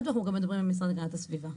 ואנחנו גם מדברים עם המשרד להגנת הסביבה.